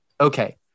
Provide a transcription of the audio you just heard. okay